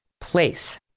place